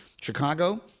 Chicago